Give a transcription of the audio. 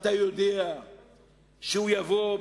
אתה יודע שהוא יבוא,